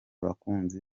abakunzi